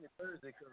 Thursday